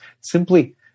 Simply